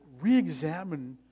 re-examine